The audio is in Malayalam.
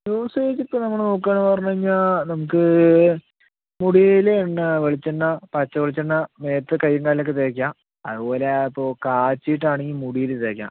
യുസേജ് ഇപ്പോൾ നമ്മൾ നോക്കുകയാണ് പറഞ്ഞു കഴിഞ്ഞാൽ നമുക്ക് മുടിയിലെ എണ്ണ വെളിച്ചെണ്ണ പച്ച വെളിച്ചെണ്ണ മേത്ത് കയ്യിലും കാലിലൊക്കെ തേക്കാം അതുപോലെ ഇപ്പോൾ കാച്ചിയിട്ടാണെങ്കിൽ മുടിയിൽ തേക്കാം